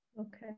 Okay